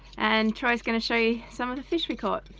and troy's gonna show you some of the fish we caught.